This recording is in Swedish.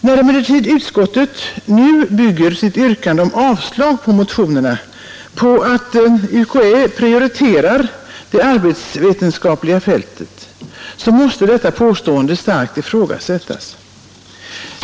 När emellertid utskottet nu bygger sitt yrkande om avslag på motionerna på att UKÄ prioriterar det arbetsvetenskapliga fältet, så måste detta påstående starkt ifrågasättas.